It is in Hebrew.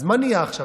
אז מה נהיה עכשיו,